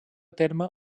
terme